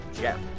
Jeff